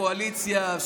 קואליציה,